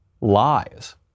lies